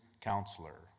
counselor